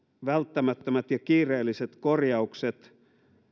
välttämättömät ja kiireelliset korjaukset